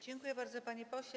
Dziękuję bardzo, panie pośle.